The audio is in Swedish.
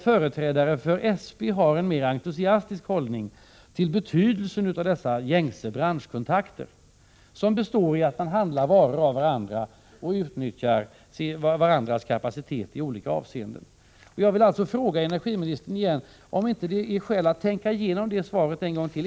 Företrädare för SP har en mer entusiastisk hållning till betydelsen av dessa gängse branschkontakter, som består i att man handlar varor av varandra och utnyttjar varandras kapacitet i olika avseenden. Jag vill åter fråga energiministern om det inte är skäl att tänka igenom svaret i detta avseende en gång till.